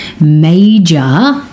major